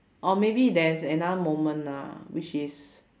or maybe there's another moment lah which is